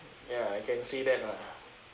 ya I can see that lah